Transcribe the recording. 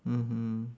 mmhmm